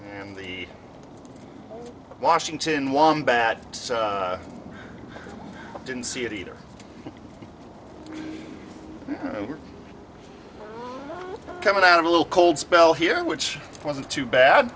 and the washington wombat didn't see it either we're coming out of a little cold spell here which wasn't too bad